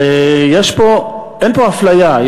אין פה אפליה,